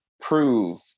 prove